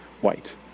white